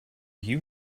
you